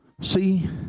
See